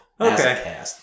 Okay